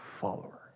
follower